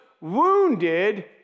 wounded